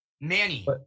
Manny